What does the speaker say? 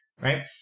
right